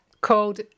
called